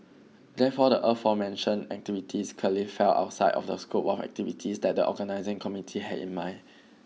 therefore the aforementioned activities clearly fell outside of the scope of activities that the organising committee had in mind